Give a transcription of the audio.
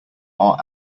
are